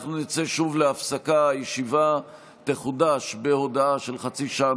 טרם שאני אודיע את תוצאות ההצבעה עדכן אותי חבר הכנסת